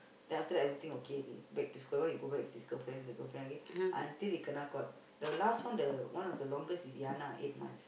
then after that everything okay already back to square one he go back with this girlfriend the girlfriend okay until he kena caught the last one the one of the longest is Yana eight months